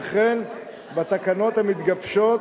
וכן בתקנות המתגבשות